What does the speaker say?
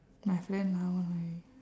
my friend ah one of my